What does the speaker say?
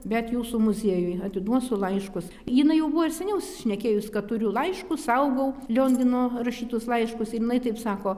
bet jūsų muziejui atiduosiu laiškus jinai jau buvo ir seniau šnekėjus kad turiu laiškus saugau liongino rašytus laiškus ir jinai taip sako